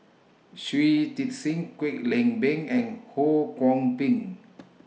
Shui Tit Sing Kwek Leng Beng and Ho Kwon Ping